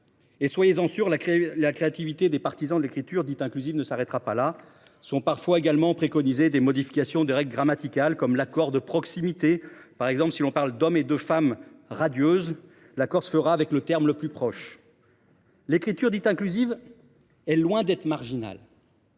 Soyez en sûrs, la créativité des partisans de l’écriture dite inclusive ne s’arrêtera pas là. C’est vrai ! Sont parfois également préconisées des modifications des règles grammaticales, comme l’accord de proximité. On parlera ainsi « d’hommes et de femmes radieuses », l’accord se faisant avec le terme le plus proche. L’écriture dite inclusive est loin d’être marginale.